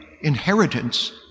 inheritance